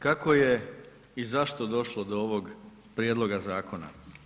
Kako je i zašto došlo do ovog prijedloga zakona?